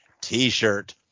T-shirt